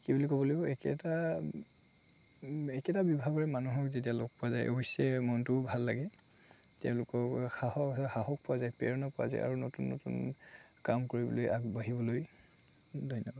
কি বুলি ক'ব লাগিব একেটা একেটা বিভাগৰে মানুহক যেতিয়া লগ পোৱা যায় অৱশ্যে মনটোও ভাল লাগে তেওঁলোকক সাহ হয় সাহস পোৱা যায় প্ৰেৰণা পোৱা যায় আৰু নতুন নতুন কাম কৰিবলৈ আগবাঢ়িবলৈ ধন্যবাদ